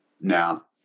now